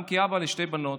גם כאבא לשתי בנות,